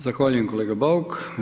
Zahvaljujem kolega Bauk.